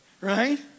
Right